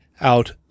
out